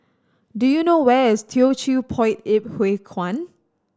do you know where is Teochew Poit Ip Huay Kuan